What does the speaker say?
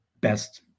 best